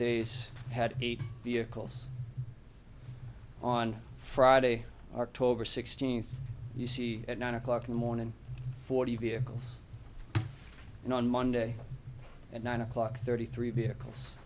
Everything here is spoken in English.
days had eight vehicles on friday october sixteenth you see at nine o'clock in the morning forty vehicles and on monday at nine o'clock thirty three